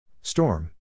Storm